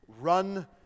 run